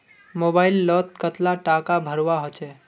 Mobile लोत कतला टाका भरवा होचे?